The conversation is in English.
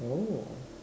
oh